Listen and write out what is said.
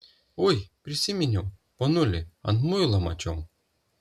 ui prisiminiau ponulį ant muilo mačiau